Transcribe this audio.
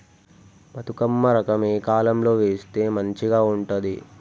బతుకమ్మ రకం ఏ కాలం లో వేస్తే మంచిగా ఉంటది?